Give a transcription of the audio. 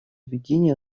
введения